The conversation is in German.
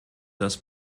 dass